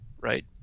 right